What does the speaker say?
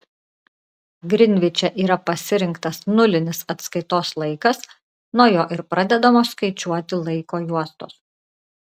grinviče yra pasirinktas nulinis atskaitos laikas nuo jo ir pradedamos skaičiuoti laiko juostos